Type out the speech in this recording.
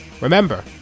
Remember